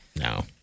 No